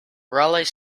raleigh